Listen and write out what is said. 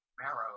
marrow